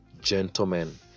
gentlemen